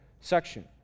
section